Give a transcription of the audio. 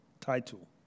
title